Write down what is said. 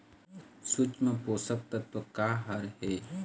सूक्ष्म पोषक तत्व का हर हे?